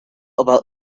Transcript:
about